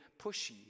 pushy